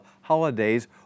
holidays